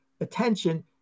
attention